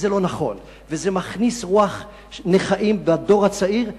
זה לא נכון וזה מכניס רוח נכאים בדור הצעיר.